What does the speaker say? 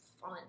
fun